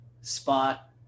spot